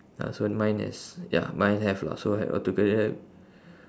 ah so mine has ya mine have lah so have a together